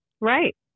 Right